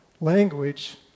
language